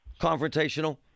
confrontational